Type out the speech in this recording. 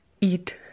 eat